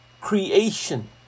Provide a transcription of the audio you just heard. creation